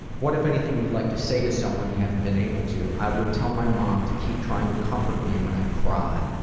what, if anything, would you like to say to someone you haven't been able to? i would tell my mom to keep trying to comfort me when i cry.